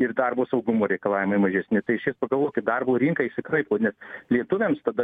ir darbo saugumo reikalavimai mažesni tai išvis pagalvokit darbo rinka išsikraipo nes lietuviams tada